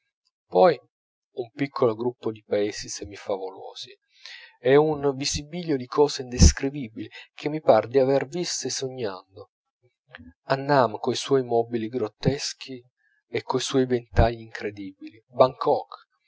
poi un piccolo gruppo di paesi semifavolosi e un visibilio di cose indescrivibili che mi par di aver viste sognando annam coi suoi mobili grotteschi e coi suoi ventagli incredibili bankok